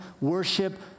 worship